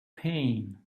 pain